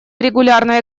регулярные